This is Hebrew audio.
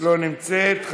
לא נמצאת,